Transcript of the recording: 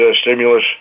stimulus